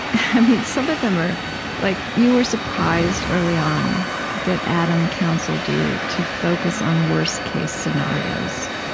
i mean, some of them are like, you were surprised early on that adam counseled you to focus on worst-case scenarios,